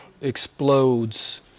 explodes